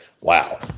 wow